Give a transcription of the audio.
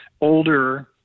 older